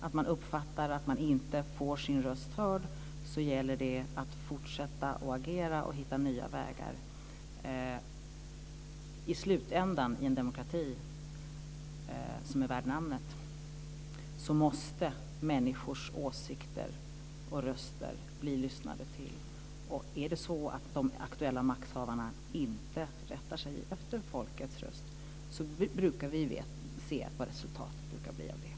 Om man uppfattar att man inte får sin röst hörd gäller det att fortsätta att agera och hitta nya vägar. I en demokrati som är värd namnet måste människors åsikter och röster bli lyssnade till. Är det så att de aktuella makthavarna inte rättar sig efter folkets röst har vi sett vad resultatet brukar bli av det.